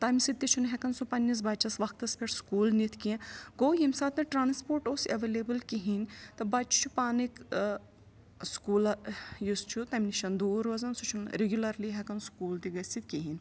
تمہِ سۭتۍ تہِ چھُنہٕ ہٮ۪کان سُہ پَننِس بَچَس وقتَس پٮ۪ٹھ سکوٗل نِتھ کینٛہہ گوٚو ییٚمہِ ساتہٕ ٹرانَسپوٹ اوس ایولیبٕل کِہیٖنۍ تہٕ بَچہِ چھُ پانے سکوٗلا یُس چھُ تَمہِ نِشَن دوٗر روزان سُہ چھُنہٕ رِگیولَرلی ہٮ۪کان سکوٗل تہِ گٔژھِتھ کِہیٖنۍ